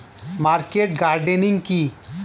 Market gardening কি?